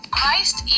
Christ